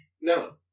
No